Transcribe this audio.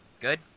good